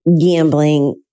gambling